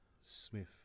smith